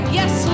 yes